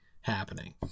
happening